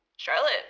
Charlotte